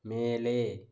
மேலே